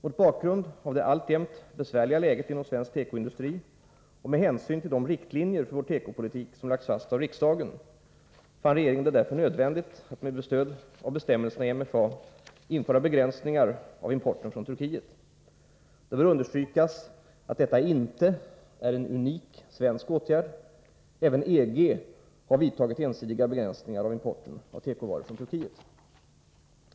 Mot bakgrund av det alltjämt besvärliga läget inom svensk tekoindustri och med hänsyn till de riktlinjer för vår tekopolitik som lagts fast av riksdagen fann regeringen det därför nödvändigt att med stöd av bestämmelserna i MFA införa begränsningar av importen från Turkiet. Det bör understrykas att detta inte är en unik svensk åtgärd. Även EG har vidtagit ensidiga begränsningar av importen av tekovaror från Turkiet.